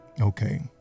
okay